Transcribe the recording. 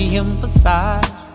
emphasize